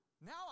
now